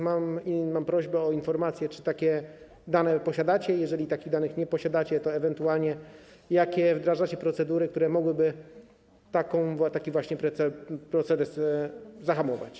Mam prośbę o informację, czy takie dane posiadacie, a jeżeli takich danych nie posiadacie, to jakie ewentualnie wdrażacie procedury, które mogłyby taki właśnie proceder zahamować.